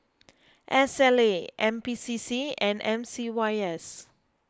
S L A N P C C and M C Y S